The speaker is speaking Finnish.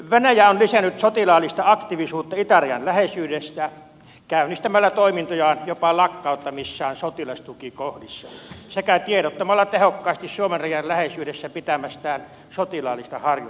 venäjä on lisännyt sotilaallista aktiivisuutta itärajan läheisyydessä käynnistämällä toimintojaan jopa lakkauttamissaan sotilastukikohdissa sekä tiedottamalla tehokkaasti suomen rajan läheisyydessä pitämistään sotilaallisista harjoituksista